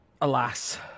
alas